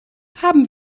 haben